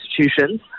institutions